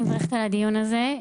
אני מברכת על הדיון הזה.